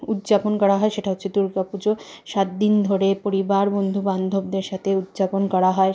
উদযাপন করা হয় সেটা হচ্ছে দুর্গাপুজো সাতদিন ধরে পরিবার বন্ধুবান্ধবদের সাথে উদযাপন করা হয়